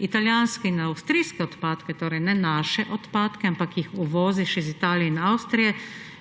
italijanski in avstrijske odpadke – torej ne naše odpadke –, ampak jih uvoziš iz Italije in Avstrije ,